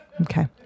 Okay